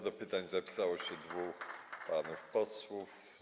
Do pytań zapisało się dwóch panów posłów.